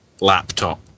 laptop